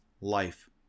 life